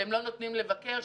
שהם לא נותנים לבקר,